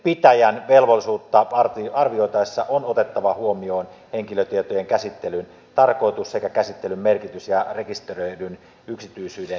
rekisterinpitäjän velvollisuutta arvioitaessa on otettava huomioon henkilötietojen käsittelyn tarkoitus sekä käsittelyn merkitys rekisteröidyn yksityisyydensuojalle